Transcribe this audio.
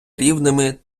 рівними